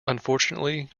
unfortunately